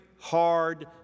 hard